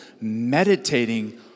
meditating